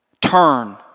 turn